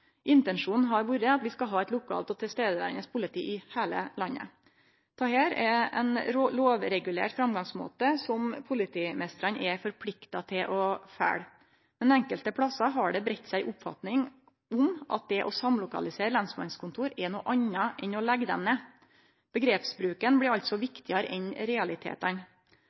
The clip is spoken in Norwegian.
Intensjonen har vore at vi skal ha eit lokalt politi og eit politi som er til stades i heile landet. Dette er ein lovregulert framgangsmåte som politimeistrane er forplikta til å følgje. Men somme plassar har det breidd seg ei oppfatning om at det å samlokalisere lensmannskontor er noko anna enn å leggje dei ned. Omgrepsbruken blir altså viktigare enn